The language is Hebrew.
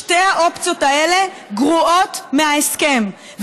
שתי האופציות האלה גרועות מההסכם,